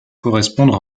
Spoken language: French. correspondre